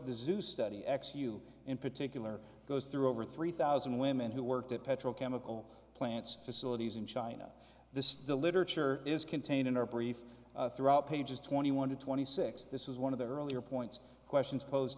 the zoo study x you in particular goes through over three thousand women who worked at petrochemical plants facilities in china this is the literature is contained in our brief throughout pages twenty one to twenty six this is one of the earlier points questions posed